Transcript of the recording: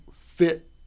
fit